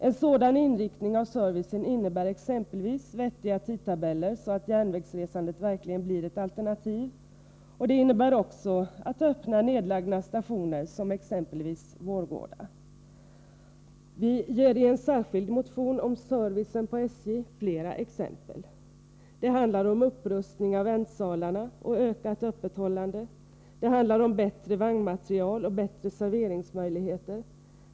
En sådan inriktning av servicen innebär exempelvis vettiga tidtabeller, så att järnvägsresandet verkligen blir ett alternativ, och det innebär också att man öppnar nedlagda stationer, som exempelvis Vårgårda. Vi ger i en särskild motion om servicen på SJ flera exempel. Det handlar om upprustning av väntsalarna och ökat öppethållande. Det handlar om bättre vagnmateriel och bättre serveringsmöjligheter.